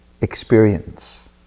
experience